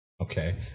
Okay